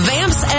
Vamps